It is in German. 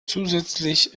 zusätzlich